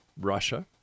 Russia